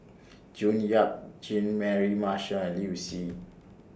June Yap Jean Mary Marshall and Liu Si